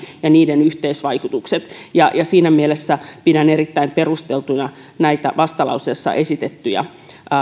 ja niiden yhteisvaikutukset ja siinä mielessä pidän erittäin perusteltuina näitä vastalauseessa esitettyjä